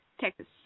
Texas